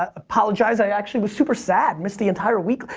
ah apologize i actually was super sad. missed the entire week.